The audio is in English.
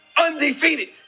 undefeated